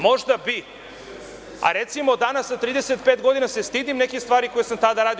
Možda bih, ali recimo danas sa 35 godina se stidim nekih stvari koje sam tada radio.